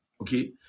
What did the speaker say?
okay